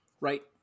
right